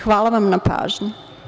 Hvala vam na pažnji.